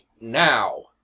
now